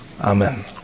Amen